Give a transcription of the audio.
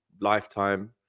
lifetime